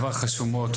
דבר חשוב מאוד,